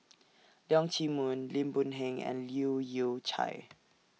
Leong Chee Mun Lim Boon Heng and Leu Yew Chye